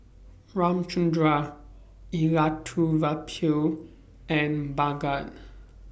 Ramchundra Elattuvalapil and Bhagat